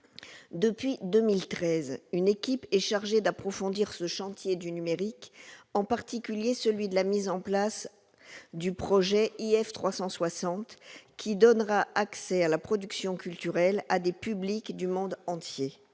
Depuis 2013, une équipe est chargée d'approfondir ce chantier du numérique. Elle suit, en particulier, la mise en oeuvre du projet IF 360, qui donnera accès à la production culturelle française à des publics du monde entier.